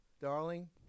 darling